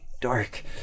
dark